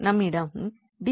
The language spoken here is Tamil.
நம்மிடம் dds𝑠𝑌𝑠 உள்ளது